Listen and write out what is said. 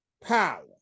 power